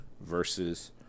versus